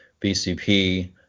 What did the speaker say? bcp